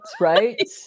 right